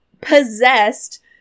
possessed